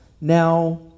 now